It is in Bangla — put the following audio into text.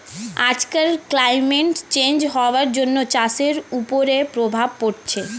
আজকাল ক্লাইমেট চেঞ্জ হওয়ার জন্য চাষের ওপরে প্রভাব পড়ছে